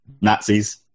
Nazis